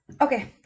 Okay